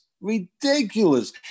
Ridiculous